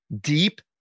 deep